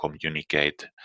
communicate